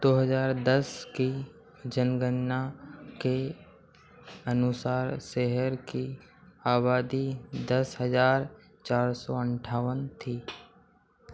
दो हजार दस की जनगणना के अनुसार शहर की आबादी दस हजार चार सौ अंठावन थी